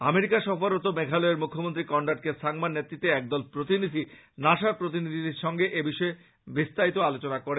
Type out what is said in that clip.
America সফররত মেঘালয়ের মুখ্যমন্ত্রী কনরাড কে সাংমার নেতৃত্বে এক প্রতিনিধিদল নাসার প্রতিনিধিদের সঙ্গে এই বিষয়ে বিস্তারিত আলোচনা করেন